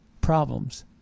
problems